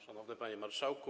Szanowny Panie Marszałku!